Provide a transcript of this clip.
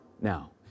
now